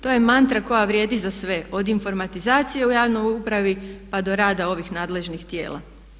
To je mantra koja vrijedi za sve od informatizacije u javnoj upravi pa do rada ovih nadležnih tijela.